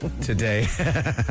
today